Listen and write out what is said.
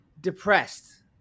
depressed